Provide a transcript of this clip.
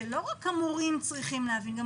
לא רק המורים צריכים להבין אלא גם